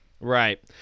Right